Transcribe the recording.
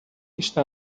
está